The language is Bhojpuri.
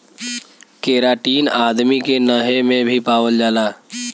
केराटिन आदमी के नहे में भी पावल जाला